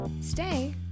stay